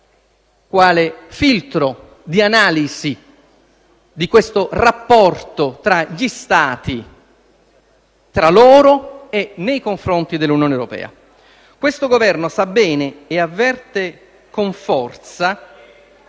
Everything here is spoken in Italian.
quale filtro di analisi del rapporto tra gli Stati, tra loro e nei confronti dell'Unione europea. Questo Governo sa bene e avverte con forza